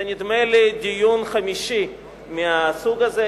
זה נדמה לי דיון חמישי מהסוג הזה,